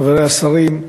חברי השרים,